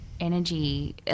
energy